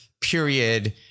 period